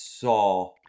saw